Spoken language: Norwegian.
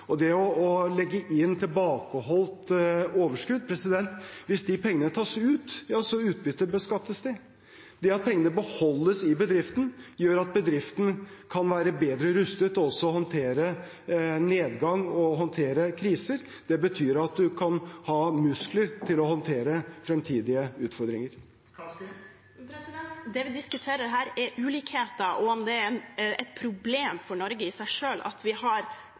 Og til det å legge inn tilbakeholdt overskudd: Hvis de pengene tas ut – ja, så utbyttebeskattes de. Det at pengene beholdes i bedriften, gjør at bedriften kan være bedre rustet til å håndtere nedgang og håndtere kriser. Det betyr at man kan ha muskler til å håndtere fremtidige utfordringer. Det vi diskuterer her, er ulikheter og om det er et problem for Norge i seg selv at vi har